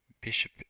bishop